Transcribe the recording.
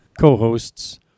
co-hosts